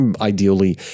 ideally